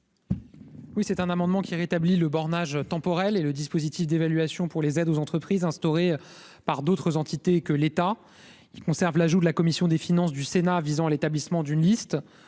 Oui, c'est un amendement qui rétablit le bornage temporel et le dispositif d'évaluation pour les aides aux entreprises par d'autres entités que l'état il conserve l'ajout de la commission des finances du Sénat visant à l'établissement d'une liste.